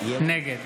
נגד